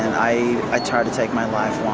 i i tried to take my life once,